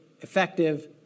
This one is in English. effective